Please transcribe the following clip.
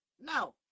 no